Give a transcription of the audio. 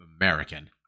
American